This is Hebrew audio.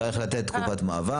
אין בעיה, צריך לתת תקופת מעבר.